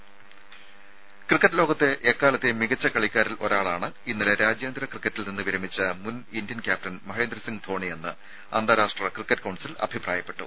ദേശ ക്രിക്കറ്റ് ലോകത്തെ എക്കാലത്തെയും മികച്ച കളിക്കാരിൽ ഒരാളാണ് ഇന്നലെ രാജ്യാന്തര ക്രിക്കറ്റിൽ നിന്ന് വിരമിച്ച മുൻ ഇന്ത്യൻ ക്യാപ്റ്റൻ മഹേന്ദ്രസിംഗ് ധോണിയെന്ന് അന്താരാഷ്ട്ര ക്രിക്കറ്റ് കൌൺസിൽ അഭിപ്രായപ്പെട്ടു